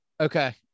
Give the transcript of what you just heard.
Okay